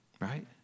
right